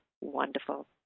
wonderful